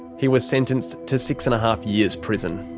he was sentenced to six and a half years prison.